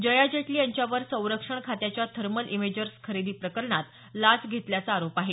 जया जेटली यांच्यावर संरक्षण खात्याच्या थर्मल इमेजर्स खरेदी प्रकरणात लाच घेतल्याचा आरोप आहे